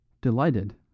Delighted